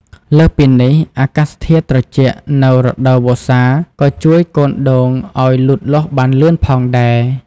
លើសពីនេះ អាកាសធាតុត្រជាក់នៅរដូវវស្សាក៏ជួយកូនដូងឲ្យលូតលាស់បានលឿនផងដែរ។